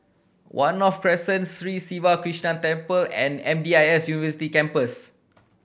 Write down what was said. One North Crescent Sri Siva Krishna Temple and M D I S University Campus